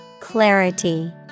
Clarity